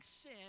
sin